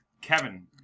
Kevin